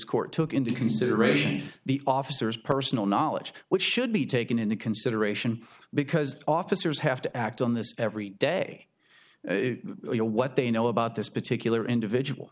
court took into consideration the officers personal knowledge which should be taken into consideration because officers have to act on this every day what they know about this particular individual